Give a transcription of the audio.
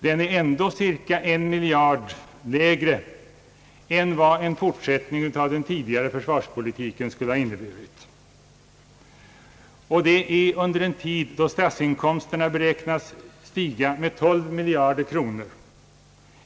Den är ändå cirka 1 miljard lägre än vad en fortsättning av den tidigare försvarspolitiken skulle ha inneburit, detta under en tid då statsinkomsterna beräknas stiga med 12 miljarder kronor.